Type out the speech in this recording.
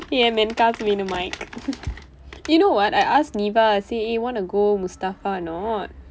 ya man காசு வேணும்:kaasu veenum you know what I asked niva say eh want to go mustafa or not